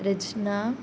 रझ्ना